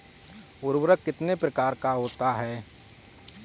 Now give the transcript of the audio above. उर्वरक कितने प्रकार का होता है?